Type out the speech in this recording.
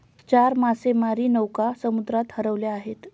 चार मासेमारी नौका समुद्रात हरवल्या आहेत